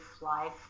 life